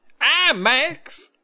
IMAX